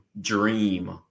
dream